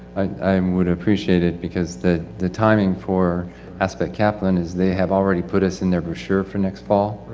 i um would appreciate it. because the, the timing for aspect kaplan is, they have already put us in their brochure for next fall.